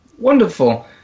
Wonderful